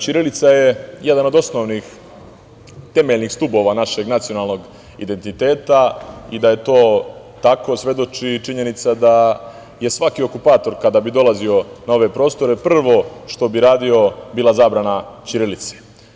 Ćirilica je jedan od osnovnih temeljnih stubova našeg nacionalnog identiteta i da je to tako svedoči i činjenica da je svaki okupator, kada bi dolazio na ove prostore, prvo što bi radio bila zabrana ćirilice.